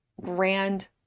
grand